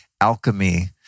alchemy